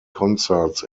concerts